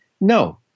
No